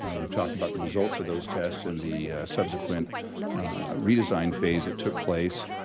we've talked about the results of those tests and the subsequent redesign phase that took place.